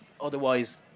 otherwise